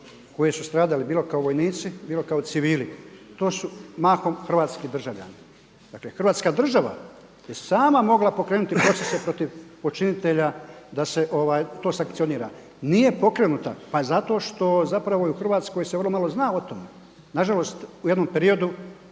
koji su stradali bilo kao vojnici, bilo kao civili, to su mahom hrvatski državljani. Dakle Hrvatska država je sama mogla pokrenuti procese protiv počinitelja da se to sankcionira. Nije pokrenuta. Pa zato što zapravo u Hrvatskoj se vrlo malo zna o tome. Nažalost u jednom periodu